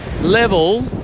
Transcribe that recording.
level